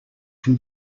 can